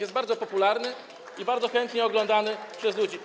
Jest bardzo popularny i bardzo chętnie oglądany przez ludzi.